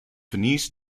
venice